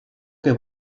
que